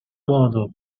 modo